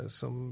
som